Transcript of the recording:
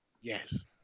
Yes